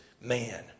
man